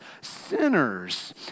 sinners